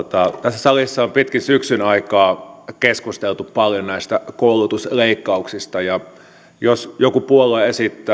salissa on pitkin syksyn aikaa keskusteltu paljon näistä koulutusleikkauksista ja jos joku puolue esittää